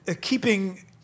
keeping